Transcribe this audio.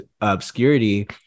obscurity